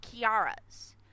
Kiara's